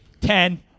Ten